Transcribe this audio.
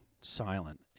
silent